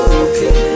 okay